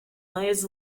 lays